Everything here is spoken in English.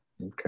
Okay